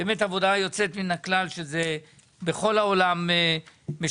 באמת עבודה יוצאת מן הכלל שבכל העולם משבחים.